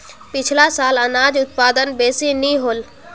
पिछला साल अनाज उत्पादन बेसि नी होल